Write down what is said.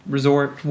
Resort